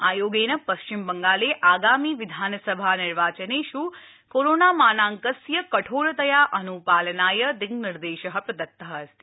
आयोगेन पश्चिमबंगाले आगामि विधानसभानिर्वाचनेष् कोरोना मानाङ्कस्य कठोरतया अनुपालनाय दिङ्निर्देशः प्रदत्तः अस्ति